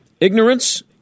ignorance